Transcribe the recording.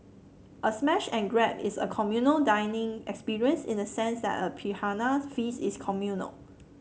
a smash and grab is a communal dining experience in the sense that a piranhas feasts is communal